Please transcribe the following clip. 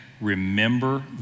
Remember